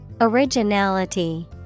Originality